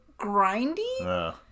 grindy